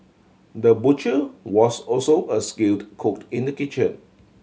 the butcher was also a skilled cooked in the kitchen